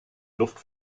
luft